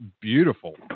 beautiful